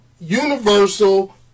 Universal